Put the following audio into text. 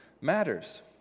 matters